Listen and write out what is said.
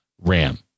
RAM